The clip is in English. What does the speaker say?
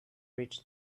reach